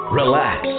relax